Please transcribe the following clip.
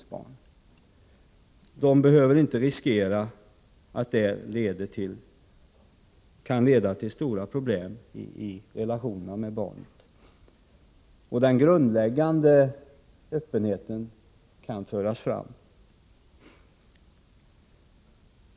Föräldrarna behöver inte riskera att detta skall leda till stora problem i relationerna med barnet. Den grundläggande öppenheten kan föras fram.